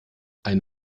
ein